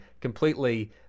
completely